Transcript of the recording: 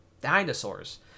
dinosaurs